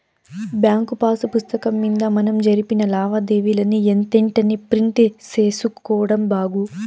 bank pass పుస్తకం మింద మనం జరిపిన లావాదేవీలని ఎంతెంటనే ప్రింట్ సేసుకోడం బాగు